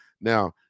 now